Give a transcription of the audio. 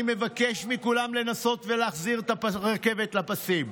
אני מבקש מכולם לנסות ולהחזיר את הרכבת לפסים.